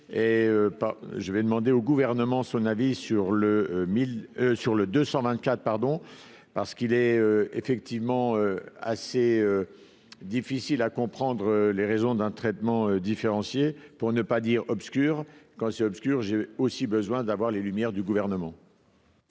je vais demander au gouvernement son avis sur le mille sur le 224 pardon parce qu'il est effectivement assez difficile à comprendre les raisons d'un traitement différencié pour ne pas dire obscur quand si obscur, j'ai aussi besoin d'avoir les lumières du gouvernement.